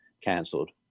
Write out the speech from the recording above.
cancelled